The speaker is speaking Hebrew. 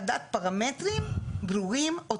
אנחנו דורשים לדעת פרמטרים ברורים עוד